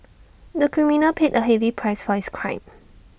the criminal paid A heavy price for his crime